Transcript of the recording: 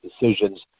decisions